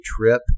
trip